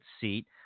seat